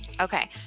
Okay